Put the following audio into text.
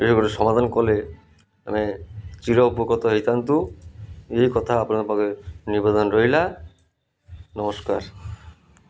ଏହିଭଳି ସମାଧାନ କଲେ ଆମେ ଚିର ଉପକୃତ ହେଇଥାନ୍ତୁ ଏହି କଥା ଆପଣଙ୍କ ପାଖରେ ନିବେଦନ ରହିଲା ନମସ୍କାର